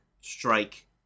strike